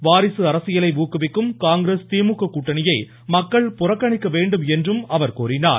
வாரிசு அரசியலை ஊக்குவிக்கும் காங்கிரஸ் திமுக கூட்டணியை மக்கள் புறக்கணிக்க வேண்டும் என்று கோரினார்